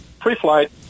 pre-flight